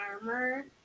armor